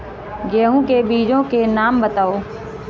गेहूँ के बीजों के नाम बताओ?